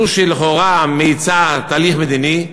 זו שלכאורה מאיצה תהליך מדיני,